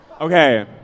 Okay